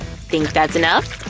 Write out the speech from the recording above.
think that's enough?